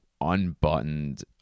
unbuttoned